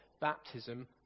baptism